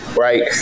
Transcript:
right